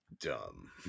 dumb